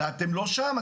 ואתם לא שם.